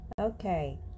Okay